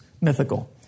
mythical